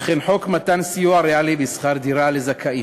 וכן חוק מתן סיוע ריאלי לזכאים בשכר דירה,